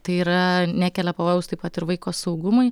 tai yra nekelia pavojaus taip pat ir vaiko saugumui